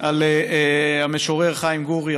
על המשורר חיים גורי,